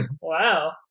Wow